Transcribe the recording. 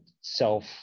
self-